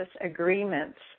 agreements